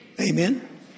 Amen